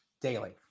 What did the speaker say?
daily